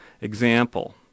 Example